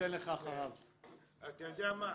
יודע מה?